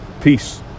peace